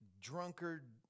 drunkard